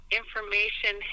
information